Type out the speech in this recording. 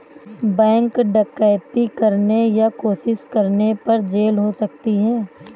bank डकैती करने या कोशिश करने पर जेल हो सकती है